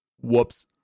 Whoops